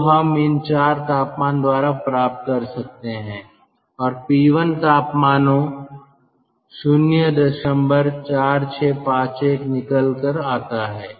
जो हम इन चार तापमान द्वारा प्राप्त कर सकते हैं और P1 तापमानों 04651 निकल कर आता है